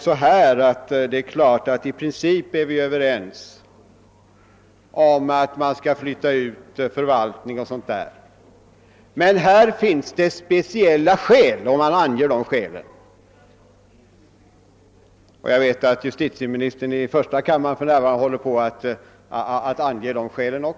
Nu är man i princip överens om att förvaltningar och liknande bör flyttas ut från Stockholm men att det i detta fall finns speciella skäl som talar emot detta. Dessa skäl anges av utskottet, och jag vet att justitieministern just nu i första kammaren håller på att ange de skälen.